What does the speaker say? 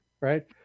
right